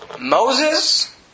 Moses